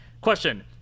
Question